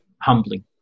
humbling